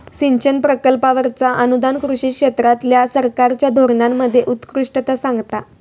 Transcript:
सिंचन प्रकल्पांवरचा अनुदान कृषी क्षेत्रातल्या सरकारच्या धोरणांमध्ये उत्कृष्टता सांगता